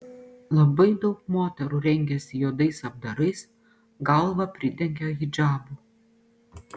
labai daug moterų rengiasi juodais apdarais galvą pridengia hidžabu